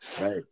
Right